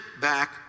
back